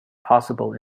possible